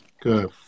Good